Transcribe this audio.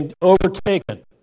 overtaken